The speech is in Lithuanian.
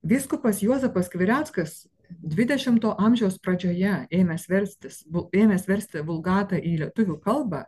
vyskupas juozapas skvireckas dvidešimto amžiaus pradžioje ėmęs verstis bu ėmęs versti vulgatą į lietuvių kalbą